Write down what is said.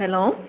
hello